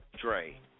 Dre